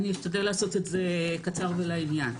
אני אשתדל לעשות את זה קצר ולעניין.